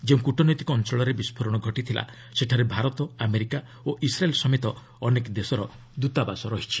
ଯେଉଁ କୃଟନୈତିକ ଅଞ୍ଚଳରେ ବିସ୍ଫୋରଣ ଘଟିଥିଲା ସେଠାରେ ଭାରତ ଆମେରିକା ଓ ଇସ୍ରାଏଲ୍ ସମେତ ଅନେକ ଦେଶର ଦୃତାବାସ ରହିଛି